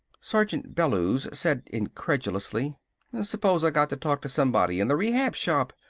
sergeant bellews said incredulously suppose i got to talk to somebody in the rehab shop.